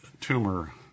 tumor